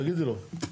תגידי לו.